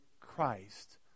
Christ